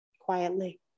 quietly